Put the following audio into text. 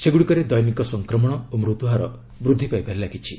ସେଗୁଡ଼ିକରେ ଦୈନିକ ସଂକ୍ରମଣ ଓ ମୃତ୍ୟୁ ହାର ବୃଦ୍ଧି ପାଇବାରେ ଲାଗିଛି